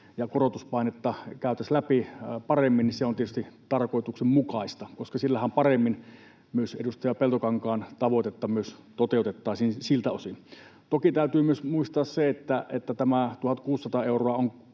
ja korotuspainetta käytäisiin läpi paremmin, on tietysti tarkoituksenmukainen, koska sillähän paremmin myös edustaja Peltokankaan tavoitetta toteutettaisiin siltä osin. Toki täytyy myös muistaa se, että tämä 1 600 euroa